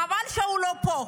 חבל שהוא לא פה.